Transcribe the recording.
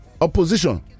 opposition